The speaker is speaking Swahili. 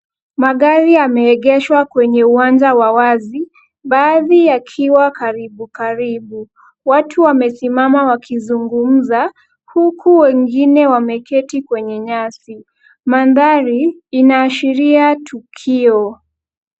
Magari yameegeshwa kwenye uwanja wa wazi. Baadhi yakiwa karibu karibu. Watu wamesimama wakizungumza. Huku wengine wameketi kwenye nyasi. Mandhari inashiria tukio.